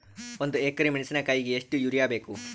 ಒಂದ್ ಎಕರಿ ಮೆಣಸಿಕಾಯಿಗಿ ಎಷ್ಟ ಯೂರಿಯಬೇಕು?